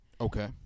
Okay